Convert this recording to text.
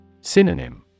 Synonym